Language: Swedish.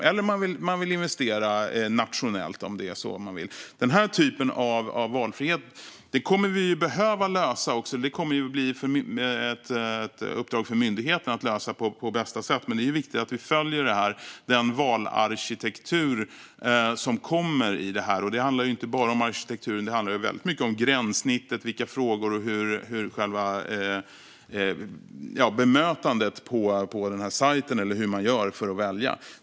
Man kanske också vill investera nationellt. Den här typen av valfrihet kommer vi att behöva ha en lösning för. Det kommer att bli ett uppdrag för myndigheten att lösa det på bästa sätt, men det är viktigt att vi följer den valarkitektur som kommer i detta. Och det handlar inte bara om arkitekturen, utan det handlar väldigt mycket om gränssnittet och frågor om bemötandet på sajten - hur man gör för att välja.